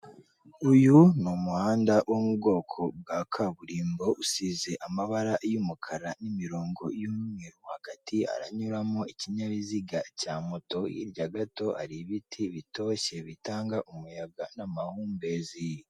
Uyu ni umuhanda wo mu bwoko bwa kaburimbo usize amabara y'umukara n'imirongo y'umweru hagati haranyuramo ikinyabiziga cya moto, hirya gato hari ibiti bitoshye bitanga umuyaga n'amahumbezi.